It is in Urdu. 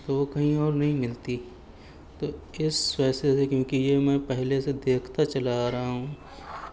تو وہ کہیں اور نہیں ملتی تو اس فیصلے سے کیونکہ یہ میں پہلے سے دیکھتا چلا آ رہا ہوں